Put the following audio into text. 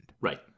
Right